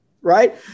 Right